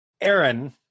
Aaron